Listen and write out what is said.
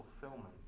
fulfillment